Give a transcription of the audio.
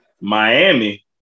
Miami